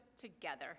together